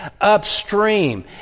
upstream